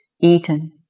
eaten